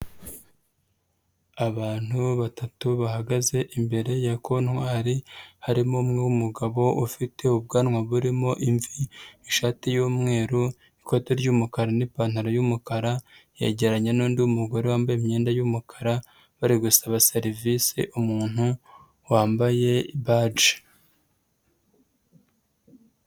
Abantu batatu bahagaze imbere ya kontwari harimo umwe w'umugabo ufite ubwanwa burimo imvi, ishati y'mweru, ikote ry'umukara n'ipantaro y'umukara yegeranye n'undi w'umugore wambaye imyenda y'umukara bari gusaba serivisi umuntu wambaye baje.